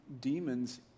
Demons